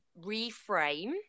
reframe